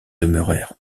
demeurèrent